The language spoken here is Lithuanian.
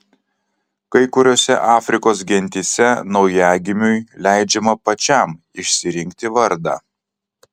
kai kuriose afrikos gentyse naujagimiui leidžiama pačiam išsirinkti vardą